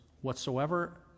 Whatsoever